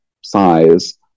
size